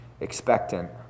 expectant